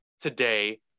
today